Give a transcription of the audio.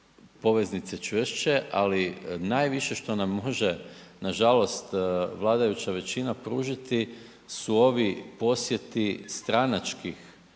poveznice čvršće, ali najviše što nam može nažalost vladajuća većina pružiti su ovi posjeti stranačkih